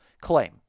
claim